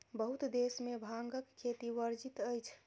बहुत देश में भांगक खेती वर्जित अछि